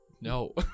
No